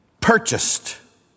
purchased